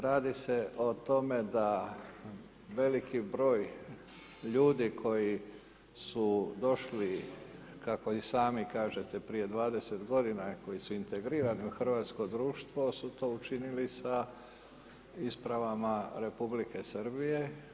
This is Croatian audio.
Radi se o tome da veliki broj ljudi koji su došli kako i sami kažete prije 20 godina, koji su integrirani u hrvatsko društvo su to učinili sa ispravama Republike Srbije.